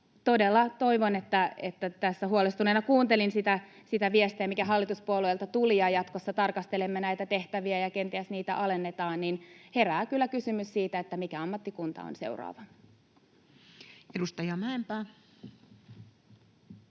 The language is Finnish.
lastensuojelussakin. Tässä huolestuneena kuuntelin sitä viestiä, mikä hallituspuolueilta tuli. Ja kun jatkossa tarkastelemme näitä tehtäviä ja kenties niitä alennetaan, niin herää kyllä kysymys siitä, mikä ammattikunta on seuraava. [Speech